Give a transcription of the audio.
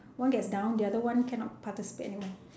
one gets down the other one cannot participate anymore